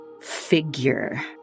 figure